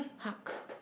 hug